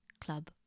club